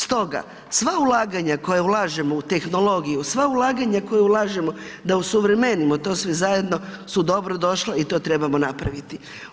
Stoga, sva ulaganja koja ulažemo u tehnologiju, sva ulaganja koja ulažemo da osuvremenimo to sve zajedno su dobro došla i to trebamo napraviti.